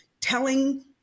telling